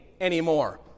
anymore